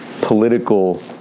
political